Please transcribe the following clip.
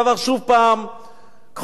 קחו כסף,